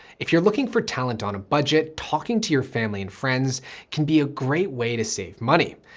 if you're looking for talent on a budget, talking to your family and friends can be a great way to save money,